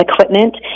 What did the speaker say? equipment